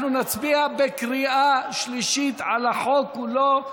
אנחנו נצביע בקריאה שלישית על החוק כולו.